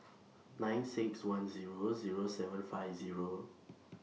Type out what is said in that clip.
nine six one Zero Zero seven five Zero